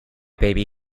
baby